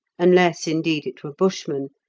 unless, indeed, it were bushmen,